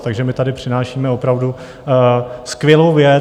Takže my tady přinášíme opravdu skvělou věc.